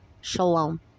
Shalom